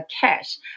cash